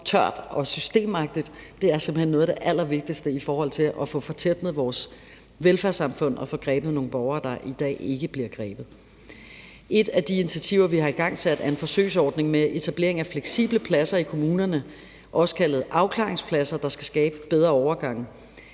hen noget af det allervigtigste i forhold til at få tætnet vores velfærdssamfund og få grebet nogle borgere, der i dag ikke bliver grebet. Kl. 10:26 Et af de initiativer, vi har igangsat, er en forsøgsordning med etablering af fleksible pladser i kommunerne, også kaldet afklaringspladser, der skal skabe bedre overgange.